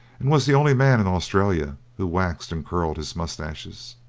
and was the only man in australia who waxed and curled his moustaches.